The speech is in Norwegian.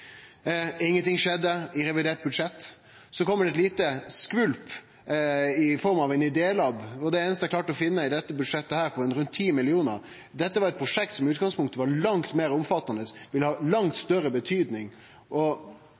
Ingenting skjedde i revidert budsjett. Så kjem det eit lite skvalp i form av ein idélab, og det er det einaste eg har klart å finne i dette budsjettet, på rundt 10 mill. kr. Dette var eit prosjekt som i utgangspunktet var langt meir omfattande og ville hatt langt større betydning.